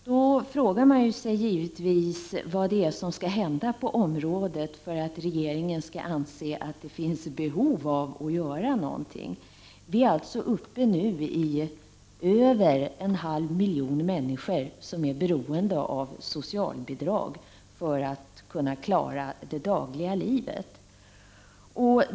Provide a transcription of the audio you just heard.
Man frågar sig givetvis då vad som skall hända på området för att rege ringen skall anse att det finns behov av att göra något. Över en halv miljon människor är nu beroende av socialbidrag för att kunna klara det dagliga livet.